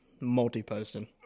multi-posting